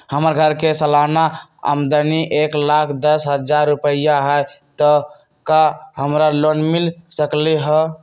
हमर घर के सालाना आमदनी एक लाख दस हजार रुपैया हाई त का हमरा लोन मिल सकलई ह?